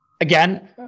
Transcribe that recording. again